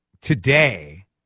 today